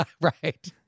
Right